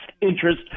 interest